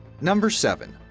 number seven,